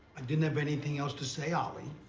didn't have anything else to say, ollie.